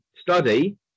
study